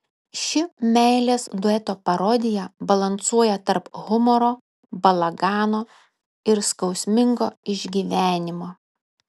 ši meilės dueto parodija balansuoja tarp humoro balagano ir skausmingo išgyvenimo